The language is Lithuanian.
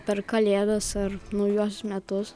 per kalėdas ar naujuosius metus